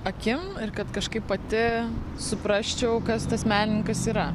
akim ir kad kažkaip pati suprasčiau kas tas menininkas yra